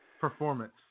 performance